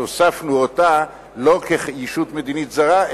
הוספנו אותה לא כישות מדינית זרה,